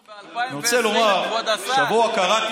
אנחנו ב-2020, כבוד השר.